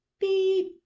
beep